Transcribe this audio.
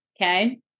Okay